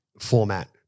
format